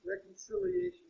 reconciliation